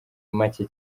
macye